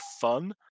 fun